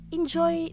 enjoy